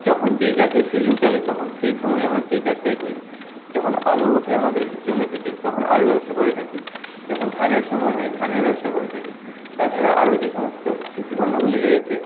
যখন যে চাষের সিজিন চলে তখন সেই সময় আমরা সেই চাষটাই করি যখন আলু ওঠে আমাদের জমি থেকে তখন আলু ব্যবসা করে থাকি যখন ধানের সময় হয় ধানের ব্যবসা করে থাকি তাছাড়া আরো যে সমস্ত কৃষিপণ্যগুলি রয়েছে